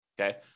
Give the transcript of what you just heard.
Okay